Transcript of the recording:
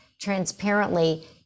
transparently